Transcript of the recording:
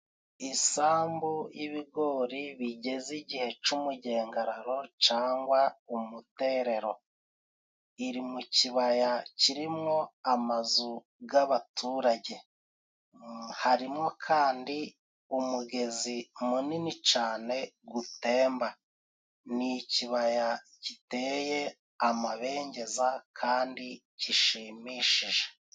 Isambu y'ibigori bigeze igihe c'umugengararo cangwa umuterero. Iri mu cibaya cirimwo amazu g'abaturage. Harimo kandi umugezi munini cane gutemba. Ni icibaya giteye amabengeza kandi gishimishije.